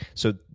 so